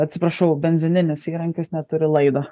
atsiprašau benzininis įrankis neturi laido